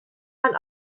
man